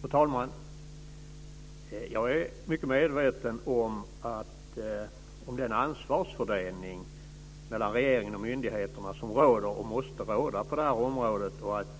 Fru talman! Jag är mycket medveten om den ansvarsfördelning mellan regeringen och myndigheterna som råder och som måste råda på området.